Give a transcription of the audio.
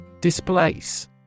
Displace